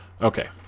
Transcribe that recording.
Okay